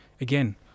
Again